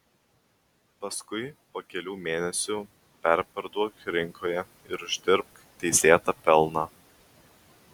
paskui po kelių mėnesių perparduok rinkoje ir uždirbk teisėtą pelną